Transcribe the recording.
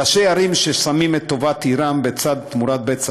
ראשי ערים ששמים את טובת עירם בצד תמורת בצע